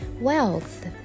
Wealth